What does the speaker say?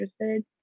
interested